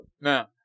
Now